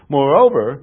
Moreover